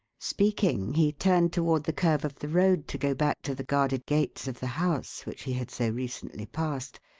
speaking, he turned toward the curve of the road to go back to the guarded gates of the house which he had so recently passed,